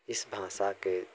इस भाषा के